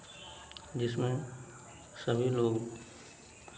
जिसमें सभी लोग